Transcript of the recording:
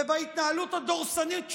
ובהתנהלות הדורסנית שלו,